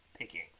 Picking